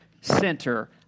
center